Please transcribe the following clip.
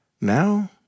Now